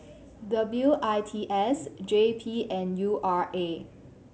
W I T S J P and U R A